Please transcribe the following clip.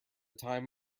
time